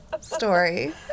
story